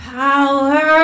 power